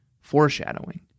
foreshadowing